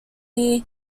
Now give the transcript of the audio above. near